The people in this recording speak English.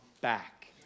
back